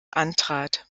antrat